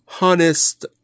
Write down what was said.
honest